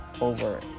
over